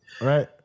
right